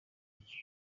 kimwe